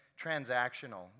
transactional